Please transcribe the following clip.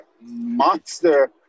monster